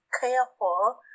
careful